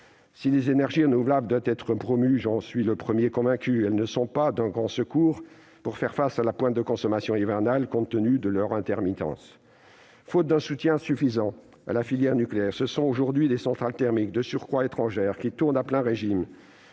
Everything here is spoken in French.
Si les énergies renouvelables doivent être promues- j'en suis le premier convaincu -, elles ne sont pas d'un grand secours pour faire face à la pointe de consommation hivernale, compte tenu de leur intermittence. Faute d'un soutien suffisant à la filière nucléaire, ce sont aujourd'hui des centrales thermiques, de surcroît étrangères, qui tournent à plein régime,